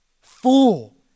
fool